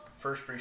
first